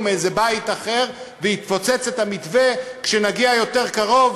מאיזה בית אחר ויפוצץ את המתווה כשנגיע יותר קרוב,